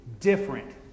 different